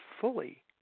fully